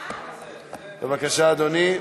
בבקשה, אדוני,